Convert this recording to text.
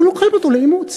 והיו לוקחים אותו לאימוץ.